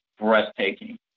breathtaking